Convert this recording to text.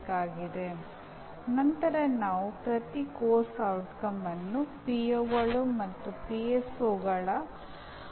ಆದರೆ ಬೋಧನೆಯು ಕಲಿಕೆಯನ್ನು ಶಿಕ್ಷಕರ ಕೆಲವು ಮಧ್ಯಸ್ಥಿಕೆಗಳ ಮೂಲಕ ಸುಗಮವಾಗಿಸುತ್ತದೆ